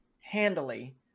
handily